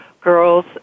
girls